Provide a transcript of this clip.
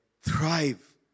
thrive